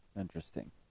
Interesting